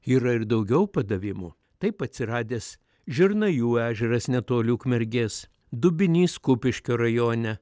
yra ir daugiau padavimų taip atsiradęs žirnajų ežeras netoli ukmergės dubenys kupiškio rajone